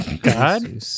God